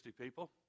people